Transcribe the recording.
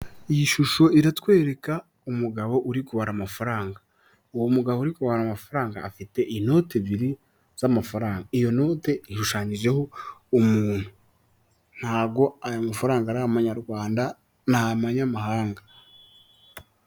Iyi shusho iratwereka umugabo uri kubara amafaranga, uwo mugabo uri kubana amafaranga afite inoti ebyiri z'amafaranga, iyo note ishushanyijeho umuntu. Ntabwo ayo mafaranga ari amanyarwanda ni amanyamahanga.